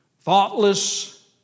thoughtless